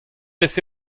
vefe